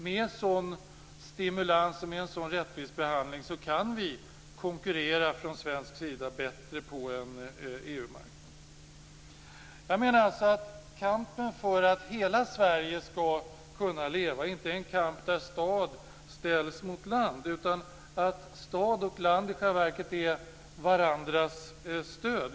Med en sådan stimulans och en sådan rättvis behandling kan vi konkurrera bättre från svensk sida på en EU-marknad. Kampen för att hela Sverige skall kunna leva är alltså inte en kamp där stad ställs mot land. Stad och land är i själva verket varandras stöd.